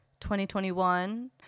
2021